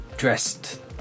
Dressed